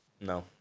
No